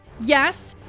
yes